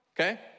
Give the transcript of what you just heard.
okay